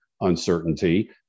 uncertainty